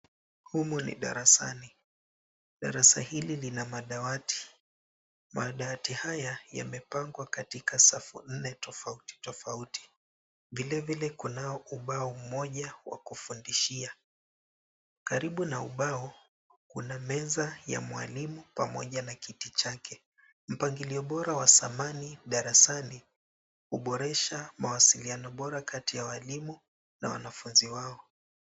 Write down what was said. Humu ni darasani, darasa hili lina madawati. Madawati haya yamepangwa katika safu nne tofauti tofauti. Vilevile kunao ubao mmoja wa kufundishia, karibu na ubao, kuna meza ya mwalimu pamoja na kiti chake. Mpangilio bora wa samani darasani, huboresha mawasiliano bora kati ya walimu na wanafunzi wao.